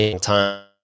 time